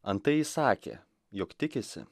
antai jis sakė jog tikisi